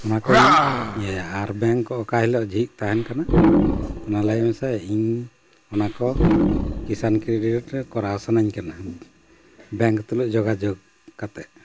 ᱚᱱᱟ ᱠᱚᱧ ᱤᱭᱟᱹᱭᱟ ᱟᱨ ᱵᱮᱝᱠ ᱠᱚ ᱚᱠᱟ ᱦᱤᱞᱳᱜ ᱡᱷᱤᱡ ᱛᱟᱦᱮᱱ ᱠᱟᱱᱟ ᱚᱱᱟ ᱞᱟᱹᱭ ᱢᱮᱥᱟᱭ ᱤᱧ ᱚᱱᱟ ᱠᱚ ᱠᱤᱥᱟᱱ ᱠᱨᱮᱰᱤᱴ ᱨᱮ ᱠᱚᱨᱟᱣ ᱥᱟᱱᱟᱹᱧ ᱠᱟᱱᱟ ᱵᱮᱝᱠ ᱛᱩᱞᱩᱡ ᱡᱳᱜᱟᱡᱳᱜᱽ ᱠᱟᱛᱮᱫ